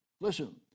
Listen